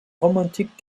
romantiques